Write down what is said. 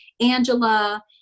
Angela